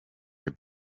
were